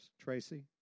Tracy